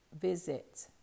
visit